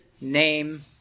name